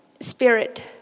Spirit